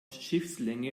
schiffslänge